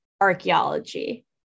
archaeology